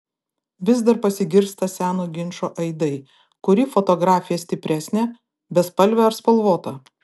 vis dar pasigirsta seno ginčo aidai kuri fotografija stipresnė bespalvė ar spalvota